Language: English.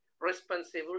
responsible